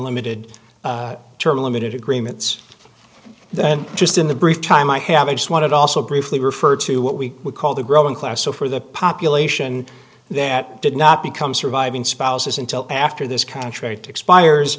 limited term limited agreements then just in the brief time i have just wanted also briefly referred to what we would call the growing class so for the population that did not become surviving spouses until after this contrary to expires